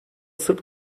sırp